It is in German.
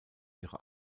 ihre